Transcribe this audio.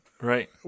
Right